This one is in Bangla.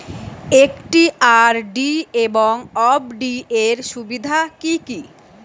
একটি আর.ডি এবং এফ.ডি এর সুবিধা কি কি?